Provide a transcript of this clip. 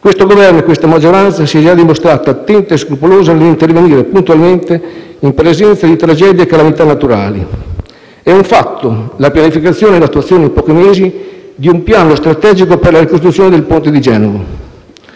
il Governo e la maggioranza si sono già dimostrati attenti e scrupolosi nell'intervenire puntualmente in presenza di tragedie e calamità naturali. È un fatto la pianificazione e l'attuazione in pochi mesi di un piano strategico per la ricostruzione del ponte di Genova.